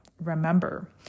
remember